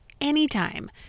anytime